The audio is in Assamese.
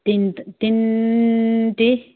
তিনি তিনিটি